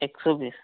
एक सौ बीस